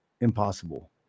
impossible